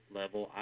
level